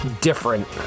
different